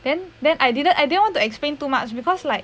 then then I didn't I didn't want to explain too much because like